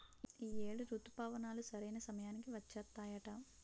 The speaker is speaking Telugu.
ఈ ఏడు రుతుపవనాలు సరైన సమయానికి వచ్చేత్తాయట